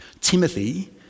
Timothy